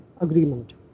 agreement